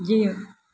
जीउ